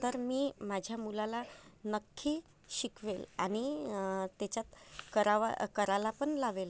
तर मी माझ्या मुलाला नक्की शिकवेल आणि त्याच्यात करावा कराला पण लावेल